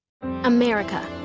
America